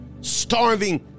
Starving